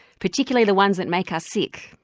particularly the ones that make us sick.